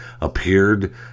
appeared